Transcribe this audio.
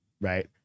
right